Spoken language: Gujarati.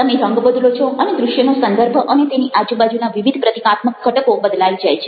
તમે રંગ બદલો છો અને દ્રશ્યનો સંદર્ભ અને તેની આજુબાજુના વિવિધ પ્રતીકાત્મક ઘટકો બદલાઈ જાય છે